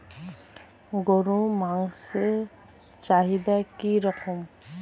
গরুর মাংসের চাহিদা কি রকম?